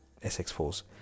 SX-Fours